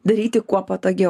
daryti kuo patogiau